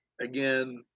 again